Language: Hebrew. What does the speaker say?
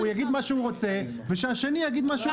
הוא יגיד את מה שהוא רוצה והשני גם יגיד מה שהוא רוצה.